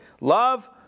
Love